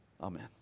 amen